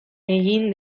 egin